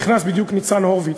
נכנס בדיוק ניצן הורוביץ,